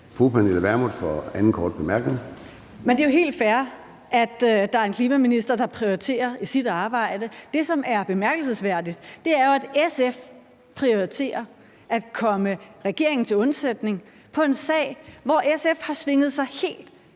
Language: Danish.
Pernille Vermund (NB): Men det er jo helt fair, at der er en minister for global klimapolitik, der prioriterer sit arbejde. Det, som er bemærkelsesværdigt, er, at SF prioriterer at komme regeringen til undsætning i en sag, hvor SF har svinget sig helt